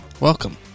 welcome